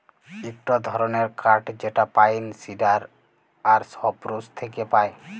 ইকটো ধরণের কাঠ যেটা পাইন, সিডার আর সপ্রুস থেক্যে পায়